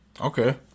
Okay